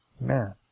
Man